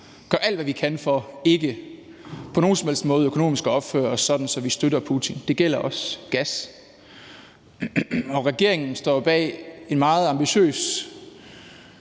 gør alt, hvad vi kan for, at vi ikke på nogen som helst måde økonomisk set opfører os, sådan at vi støtter Putin. Det gælder også i forhold til gas. Regeringen står bag en meget ambitiøs